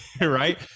right